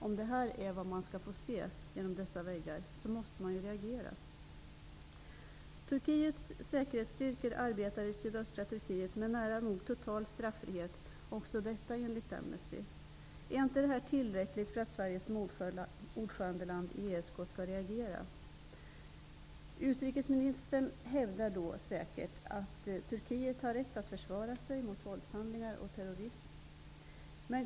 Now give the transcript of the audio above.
Är detta det som man kommer att få se genom dessa väggar, då måste man reagera. Turkiets säkerhetsstyrkor arbetar i sydöstra Turkiet, med nära nog total straffrihet enligt Amnesty. Är detta inte tillräckligt för att Sverige som ordförandeland i ESK skall reagera? Utrikesministern hävdar säkert att Turkiet har rätt att försvara sig mot våldshandlingar och terrorism.